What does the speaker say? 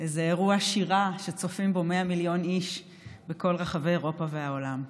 איזה אירוע שירה שצופים בו 100 מיליון איש בכל רחבי אירופה והעולם.